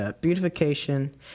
beautification